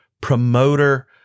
promoter